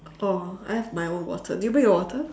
oh I have my own water did you bring your water